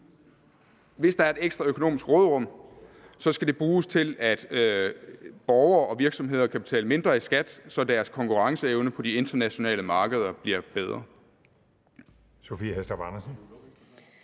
hvis der er et ekstra økonomisk råderum, så skal det bruges til, at borgere og virksomheder kan betale mindre i skat, så deres konkurrenceevne på de internationale markeder bliver bedre.